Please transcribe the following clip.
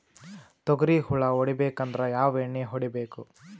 ತೊಗ್ರಿ ಹುಳ ಹೊಡಿಬೇಕಂದ್ರ ಯಾವ್ ಎಣ್ಣಿ ಹೊಡಿಬೇಕು?